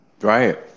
Right